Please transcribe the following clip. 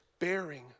bearing